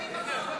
מה זאת אומרת?